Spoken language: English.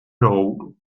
note